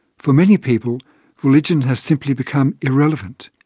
for many people religion has simply become irrelevant.